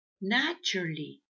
naturally